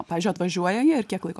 pavyzdžiui atvažiuoja jie ir kiek laiko